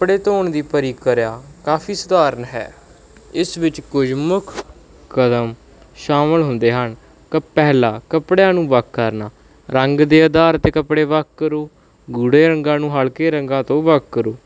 ਕੱਪੜੇ ਧੋਣ ਦੀ ਪ੍ਰਕਿਰਿਆ ਕਾਫੀ ਸਧਾਰਨ ਹੈ ਇਸ ਵਿੱਚ ਕੁਝ ਮੁੱਖ ਕਦਮ ਸ਼ਾਮਿਲ ਹੁੰਦੇ ਹਨ ਪਹਿਲਾ ਕੱਪੜਿਆਂ ਨੂੰ ਵੱਖ ਕਰਨਾ ਰੰਗ ਦੇ ਆਧਾਰ 'ਤੇ ਕੱਪੜੇ ਵੱਖ ਕਰੋ ਗੂੜ੍ਹੇ ਰੰਗਾਂ ਨੂੰ ਹਲਕੇ ਰੰਗਾਂ ਤੋਂ ਵੱਖ ਕਰੋ